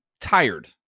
tired